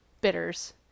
bitters